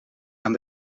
aan